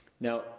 now